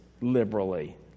liberally